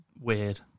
Weird